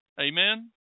Amen